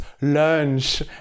lunch